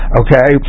okay